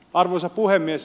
arvoisa puhemies